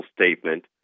statement